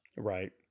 right